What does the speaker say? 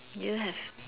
do you have